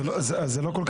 זה מתוך סך כל המבנים.